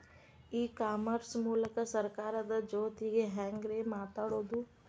E commerce ಮೂಲಕ ಸರ್ಕಾರದ ಜೊತಿಗೆ ಹ್ಯಾಂಗ್ ರೇ ಮಾತಾಡೋದು?